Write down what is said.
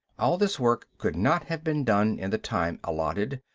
all this work could not have been done in the time allotted,